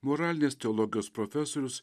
moralinės teologijos profesorius